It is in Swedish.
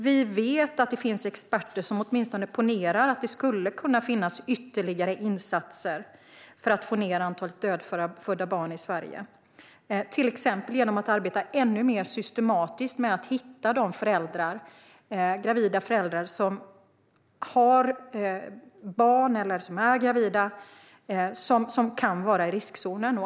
Vi vet att det finns experter som hävdar att det finns ytterligare insatser att göra för att sänka antalet dödfödda barn i Sverige, till exempel genom att arbeta ännu mer systematiskt och förebyggande genom att hitta de föräldrar som har barn eller är gravida som kan vara i riskzonen.